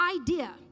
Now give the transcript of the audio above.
idea